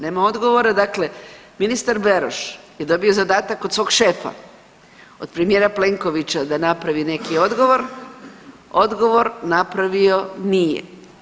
Nema odgovora dakle ministar Beroš je dobio zadatak od svog šefa od premijera Plenkovića da napravi neki odgovor, odgovor napravio nije.